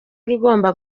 igomba